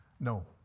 No